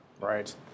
Right